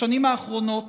בשנים האחרונות